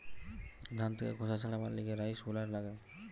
ধান থেকে খোসা ছাড়াবার লিগে রাইস হুলার লাগে